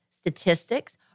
statistics